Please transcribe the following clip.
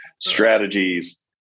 strategies